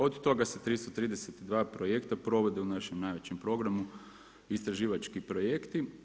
Od toga se 332 projekta provodi u našem najvećem programu, istraživački projekt.